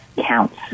counts